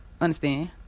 Understand